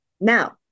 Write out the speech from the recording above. Now